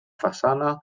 façana